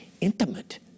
intimate